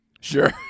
sure